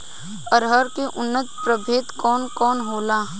अरहर के उन्नत प्रभेद कौन कौनहोला?